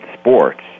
sports